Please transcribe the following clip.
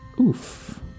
Oof